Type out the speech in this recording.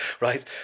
right